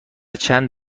چند